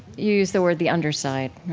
use the word the underside,